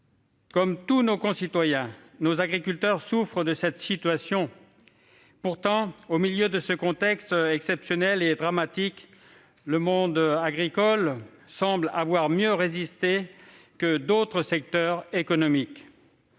Comme tous nos concitoyens, nos agriculteurs souffrent de cette situation. Pourtant, au milieu de ce contexte exceptionnel et dramatique, le monde agricole semble avoir mieux résisté que d'autres secteurs économiques.